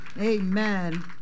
Amen